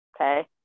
Okay